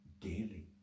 daily